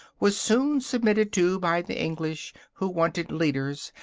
was soon submitted to by the english, who wanted leaders,